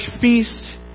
feast